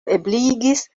ebligis